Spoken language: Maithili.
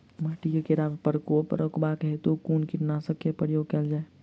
माटि मे कीड़ा केँ प्रकोप रुकबाक हेतु कुन कीटनासक केँ प्रयोग कैल जाय?